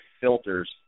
filters